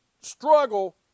struggle